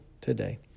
today